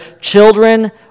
children